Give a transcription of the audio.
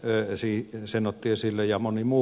orpo sen otti esille ja moni muu